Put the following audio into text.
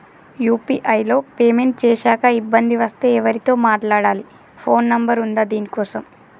UPI లో payment చేశాక ఇబ్బంది వస్తే ఎవరితో మాట్లాడాలి? ఫోన్ నంబర్ ఉందా దీనికోసం?